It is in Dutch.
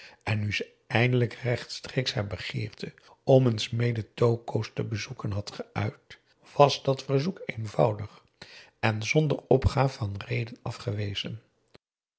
en nu ze eindelijk rechtstreeks haar begeerte om eens mee de toko's te bezoeken had geuit was dat verzoek eenvoudig en zonder opgaaf van reden afgewezen